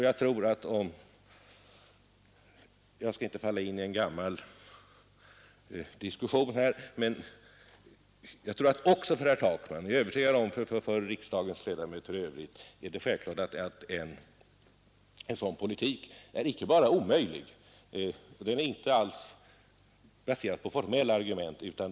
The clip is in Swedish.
Jag skall motstå frestelsen att falla in i en gammal diskussion här, och i stället utgå från att det för herr Takman — och i varje fall för riksdagens ledamöter i övrigt — är självklart att en sådan politik skulle vara omöjlig. Vårt ställningstagande är inte baserat på formella argument.